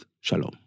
Shalom